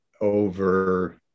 over